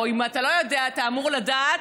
או אם אתה לא יודע אתה אמור לדעת,